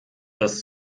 das